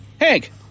Hank